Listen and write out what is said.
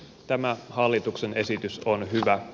tämä hallituksen esitys on hyvä